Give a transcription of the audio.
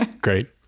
Great